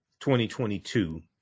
2022